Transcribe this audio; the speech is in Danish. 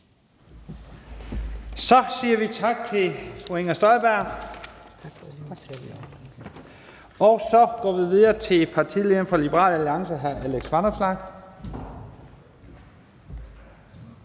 Så siger vi tak til fru Inger Støjberg, og så går vi videre til partilederen fra Liberal Alliance, hr. Alex Vanopslagh.